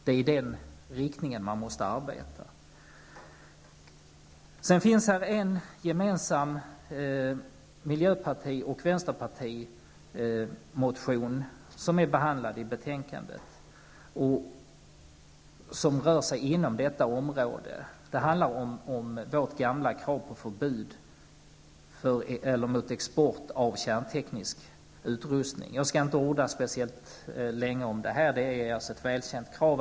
Det är i den riktningen man måste arbeta. I betänkandet är en gemensam miljö och vänsterpartimotion inom detta område behandlad. Den handlar om vårt gamla krav på förbud mot export av kärnteknisk utrustning. Jag skall inte tala speciellt länge om detta -- det är ett välkänt krav.